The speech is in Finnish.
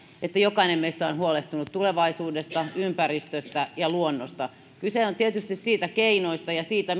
että jokainen meistä on huolehtinut tulevaisuudesta ympäristöstä ja luonnosta kyse on tietysti niistä keinoista ja siitä